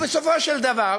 ובסופו של דבר